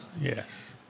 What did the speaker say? yes